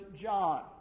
John